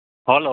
hello